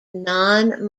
non